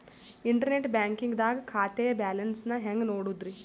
Internet banking ದಾಗ ಖಾತೆಯ balance ನ ಹೆಂಗ್ ನೋಡುದ್ರಿ?